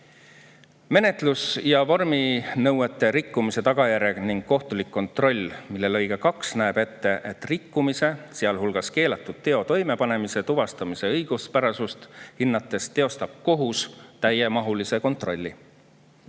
7833"Menetlus- ja vorminõuete rikkumise tagajärjed ning kohtulik kontroll", mille lõige 2 näeb ette, et rikkumise, sealhulgas keelatud teo toimepanemise tuvastamise õiguspärasust hinnates teostab kohus täiemahulise kontrolli.